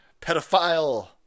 Pedophile